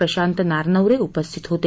प्रशांत नारनवरे उपस्थित होते